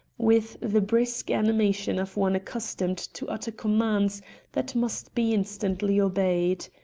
with the brisk animation of one accustomed to utter commands that must be instantly obeyed,